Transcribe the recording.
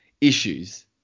issues